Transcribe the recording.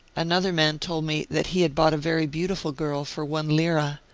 another man told me that he had bought a very beautiful girl for one lira,